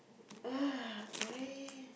uh kay